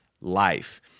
life